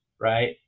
right